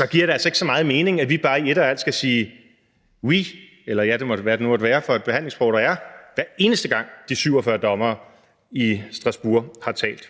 op, giver det altså ikke så meget mening, at vi bare i et og alt skal sige »oui« – eller hvad det nu måtte være for et behandlingssprog, der bruges – hver eneste gang de 47 dommere i Strasbourg har talt.